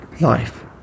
life